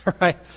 Right